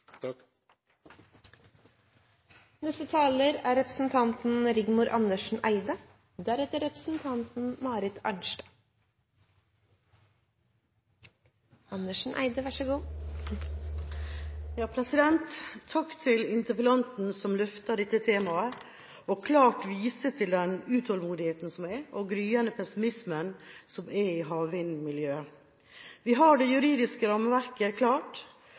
Takk til interpellanten som løfter dette temaet og klart viser til den utålmodigheten og den gryende pessimismen som er i havvindmiljøet. Vi har det juridiske rammeverket klart,